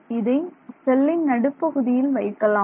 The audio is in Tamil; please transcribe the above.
மாணவர் இதை செல்லின் நடுப்பகுதியில் வைக்கலாம்